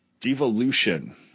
Devolution